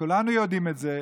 וכולנו יודעים את זה,